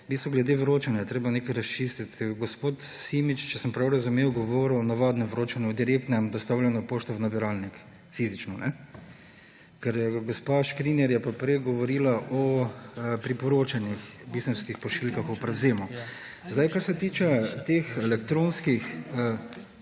Zavadlav. Glede vročanja je treba nekaj razčistiti. Gospod Simič je, če sem pravilno razumel, govoril o navadnem vročanju, o direktnem dostavljanju pošte v nabiralnik, fizično, kajne? Gospa Škrinjar je pa prej govorila o priporočenih pisemskih pošiljkah, o prevzemu. Kar se tiče teh elektronskih